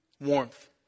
warmth